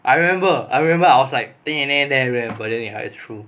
I remember I remember I was like dey dey dey dey but ya it's true